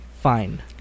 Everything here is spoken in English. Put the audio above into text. Fine